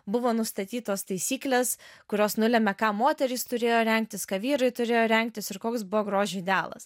buvo nustatytos taisyklės kurios nulemia ką moterys turėjo rengtis ką vyrai turėjo rengtis ir koks buvo grožio idealas